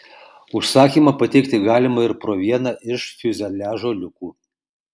užsakymą pateikti galima ir pro vieną iš fiuzeliažo liukų